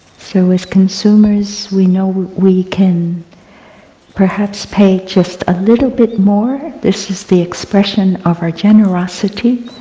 so as consumers, we know we can perhaps pay just a little bit more, this is the expression of our generosity,